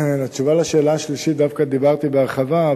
בתשובה על שאלה השלישית דווקא דיברתי בהרחבה,